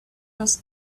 was